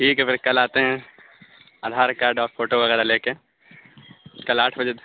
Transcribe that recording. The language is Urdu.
ٹھیک ہے بھائی کل آتے ہیں آدھار کارڈ اور فوٹو وغیرہ لے کے کل آٹھ بجے